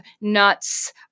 nuts